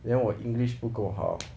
then 我 english 不够好